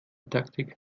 taktik